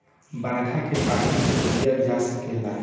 बरखा के पानी के पिअल जा सकेला